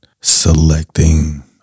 selecting